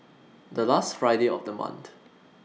The last Friday of The month